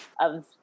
of-